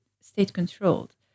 state-controlled